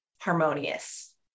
harmonious